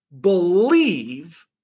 believe